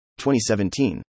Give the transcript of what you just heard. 2017